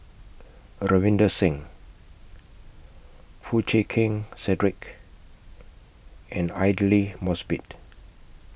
Ravinder Singh Foo Chee Keng Cedric and Aidli Mosbit